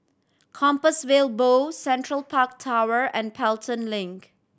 Compassvale Bow Central Park Tower and Pelton Link